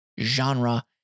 genre